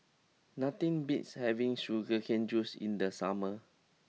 nothing beats having Sugar Cane Juice in the summer